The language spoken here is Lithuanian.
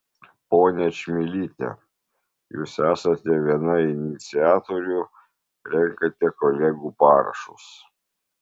ponia čmilyte jūs esate viena iniciatorių renkate kolegų parašus